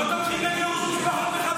לא תומכים בגרוש משפחות מחבלים?